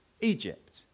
Egypt